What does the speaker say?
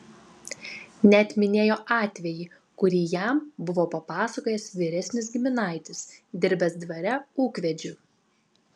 net minėjo atvejį kurį jam buvo papasakojęs vyresnis giminaitis dirbęs dvare ūkvedžiu